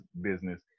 business